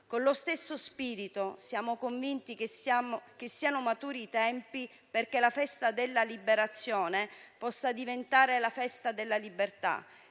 Con lo stesso spirito siamo convinti che siano maturi i tempi perché la festa della Liberazione possa diventare la festa della libertà